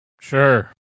Sure